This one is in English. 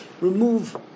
remove